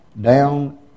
down